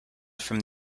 from